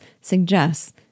suggests